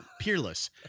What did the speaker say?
Peerless